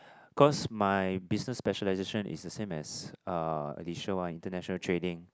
cause my business specialization is a same as uh addition one international trading